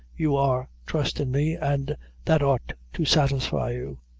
you are trustin' me, an' that ought to satisfy you.